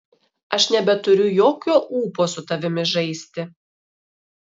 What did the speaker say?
aš nebeturiu jokio ūpo su tavimi žaisti